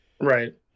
Right